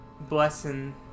blessing